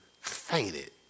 fainted